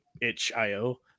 itch.io